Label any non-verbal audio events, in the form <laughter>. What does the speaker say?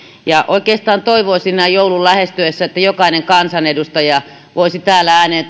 oikeastaan toivoisin näin joulun lähestyessä että jokainen kansanedustaja ja ministeri voisi täällä ääneen <unintelligible>